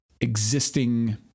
existing